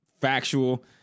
factual